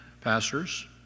pastors